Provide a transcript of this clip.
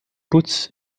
boots